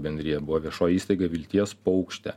bendriją buvo viešoji įstaiga vilties paukštė